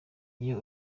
iyo